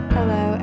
Hello